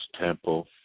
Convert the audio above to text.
Temple